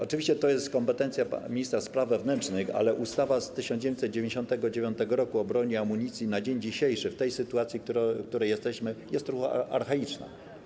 Oczywiście to jest kompetencja ministra spraw wewnętrznych, ale ustawa z 1999 r. o broni i amunicji na dzień dzisiejszy w tej sytuacji, w której jesteśmy, jest trochę archaiczna.